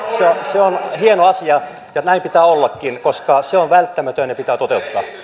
se on hieno asia ja näin pitää ollakin koska se on välttämätön ja pitää toteuttaa